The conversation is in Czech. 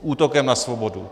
Útokem na svobodu.